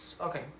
Okay